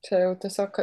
čia jau tiesiog